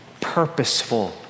purposeful